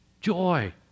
joy